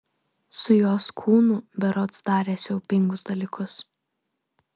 su jos kūnu berods darė siaubingus dalykus